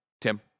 Tim